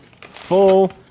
full